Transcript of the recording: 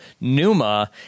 Numa